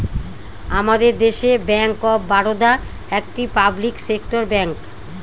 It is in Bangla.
আমাদের দেশে ব্যাঙ্ক অফ বারোদা একটি পাবলিক সেক্টর ব্যাঙ্ক